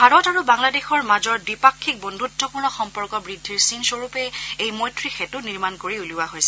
ভাৰত আৰু বাংলাদেশৰ মাজৰ দ্বিপাক্ষিক বন্ধুত্বপূৰ্ণ সম্পৰ্ক বৃদ্ধিৰ চিনস্বৰূপে এই মৈত্ৰী সেতু নিৰ্মাণ কৰি উলিওৱা হৈছে